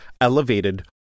elevated